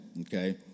okay